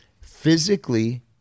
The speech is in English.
physically